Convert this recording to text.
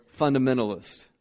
fundamentalist